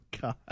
god